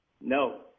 No